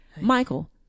Michael